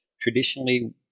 traditionally